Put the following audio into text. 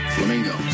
Flamingo